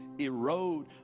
erode